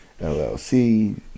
LLC